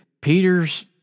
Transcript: Peter's